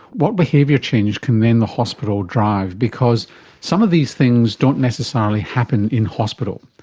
what behaviour changes can then the hospital drive? because some of these things don't necessarily happen in hospital.